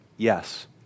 Yes